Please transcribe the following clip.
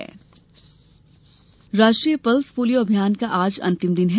पल्सपोलिया राष्ट्रीय pulse polio अभियान का आज अंतिम दिन है